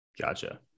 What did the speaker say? Gotcha